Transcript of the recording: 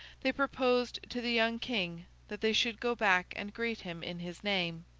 they proposed to the young king that they should go back and greet him in his name.